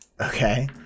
Okay